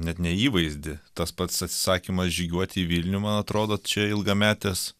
net ne įvaizdį tas pats atsisakymas žygiuoti į vilnių man atrodo čia ilgametės